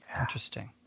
Interesting